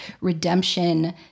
redemption